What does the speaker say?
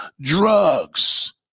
drugs